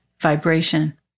vibration